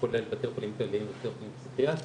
כולל בתי חולים כלליים ובתי חולים פסיכיאטריים,